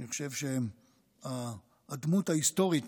אני חושב שהדמות ההיסטורית